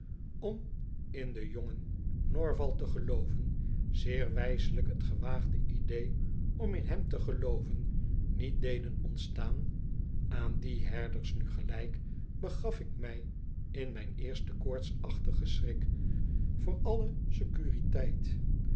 om in den jongen norval te gelooven zeer wijselijk t gewaagde idee om in hem te gelooven niet deden ontstaan aan die herders nu gelijk begaf ik my in mijn eersten koortsachtigen schrik voor alle securiteit